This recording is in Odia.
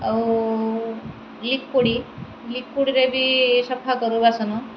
ଆଉ ଲିକ୍ୟୁଡ଼୍ ଲିକ୍ୟୁଡ଼୍ରେ ବି ସଫା କରୁ ବାସନ